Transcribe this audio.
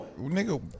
nigga